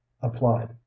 applied